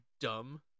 dumb